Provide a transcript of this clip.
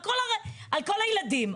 על כל הילדים.